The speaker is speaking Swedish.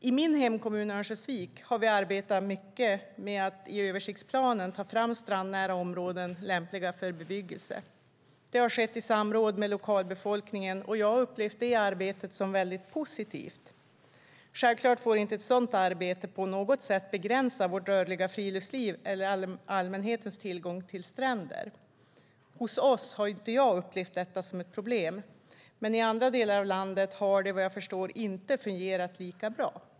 I min hemkommun Örnsköldsvik har vi arbetat mycket med att i översiktsplanen ta fram strandnära områden lämpliga för bebyggelse. Det har skett i samråd med lokalbefolkningen, och jag har upplevt arbetet som väldigt positivt. Självklart får inte ett sådant arbete på något sätt begränsa vårt rörliga friluftsliv eller allmänhetens tillgång till stränder. Hos oss har jag inte upplevt detta som ett problem, men i andra delar av landet har det, vad jag förstår, inte fungerat lika bra.